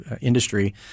industry